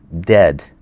dead